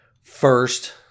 First